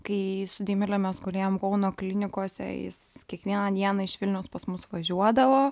kai su deimile mes gulėjom kauno klinikose jis kiekvieną dieną iš vilniaus pas mus važiuodavo